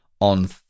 On